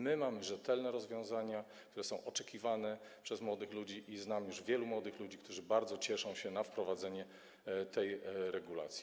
My mamy rzetelne rozwiązania, które są oczekiwane przez młodych ludzi, i znam już wielu młodych ludzi, którzy bardzo cieszą się na myśl o wprowadzeniu tej regulacji.